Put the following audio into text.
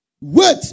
Wait